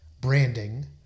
branding